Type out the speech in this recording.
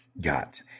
got